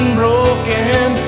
broken